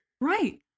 Right